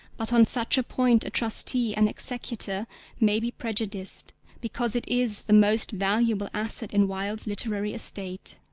but on such a point a trustee and executor may be prejudiced because it is the most valuable asset in wilde's literary estate.